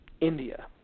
India